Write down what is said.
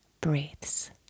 breaths